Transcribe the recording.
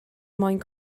mwyn